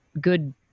good